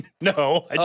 No